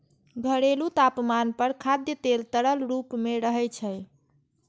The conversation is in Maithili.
घरेलू तापमान पर खाद्य तेल तरल रूप मे रहै छै